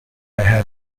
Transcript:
had